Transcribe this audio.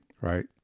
right